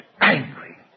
angry